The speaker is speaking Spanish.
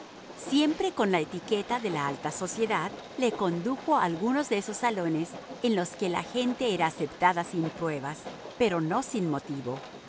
siempre con la etiqueta de la alta sociedad le condujo a algunos de esos salones en los que la gente era aceptada sin pruebas pero no sin motivo